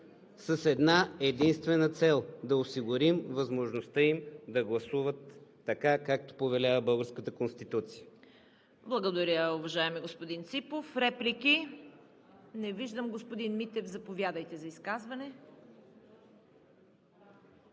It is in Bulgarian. с една-единствена цел – да осигурим възможността им да гласуват така, както повелява българската Конституция. ПРЕДСЕДАТЕЛ ЦВЕТА КАРАЯНЧЕВА: Благодаря, уважаеми господин Ципов. Реплики? Не виждам. Господин Митев, заповядайте за изказване.